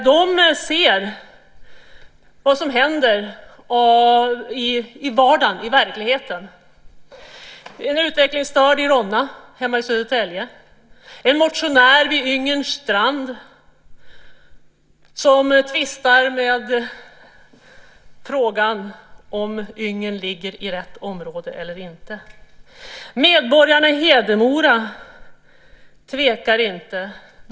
De ser vad som händer i vardagen och verkligheten: en utvecklingsstörd i Ronna hemma i Södertälje, en motionär vid Yngerns strand som tvistar med frågan om Yngern ligger i rätt område eller inte. Medborgarna i Hedemora tvekar inte.